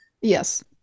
Yes